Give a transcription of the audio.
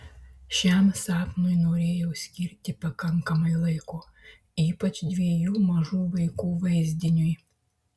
šiam sapnui norėjau skirti pakankamai laiko ypač dviejų mažų vaikų vaizdiniui